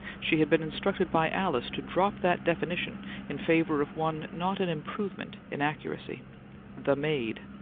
she had been instructed by alice to drop that definition in favour of one not an improvement in accuracy the maid.